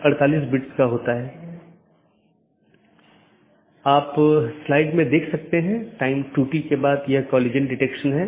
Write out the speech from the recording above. इसलिए मैं AS के भीतर अलग अलग तरह की चीजें रख सकता हूं जिसे हम AS का एक कॉन्फ़िगरेशन कहते हैं